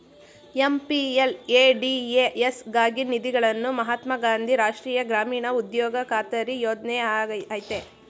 MPLADS ಗಾಗಿ ನಿಧಿಗಳನ್ನು ಮಹಾತ್ಮ ಗಾಂಧಿ ರಾಷ್ಟ್ರೀಯ ಗ್ರಾಮೀಣ ಉದ್ಯೋಗ ಖಾತರಿ ಯೋಜ್ನ ಆಯ್ತೆ